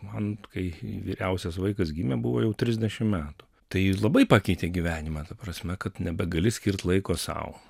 man kai vyriausias vaikas gimė buvo jau trisdešim metų tai labai pakeitė gyvenimą ta prasme kad nebegali skirt laiko sau